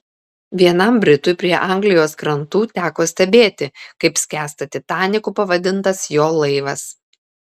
vienam britui prie anglijos krantų teko stebėti kaip skęsta titaniku pavadintas jo laivas